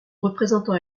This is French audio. représentant